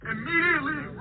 Immediately